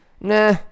nah